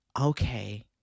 okay